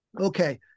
okay